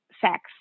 sex